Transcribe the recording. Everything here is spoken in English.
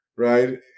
Right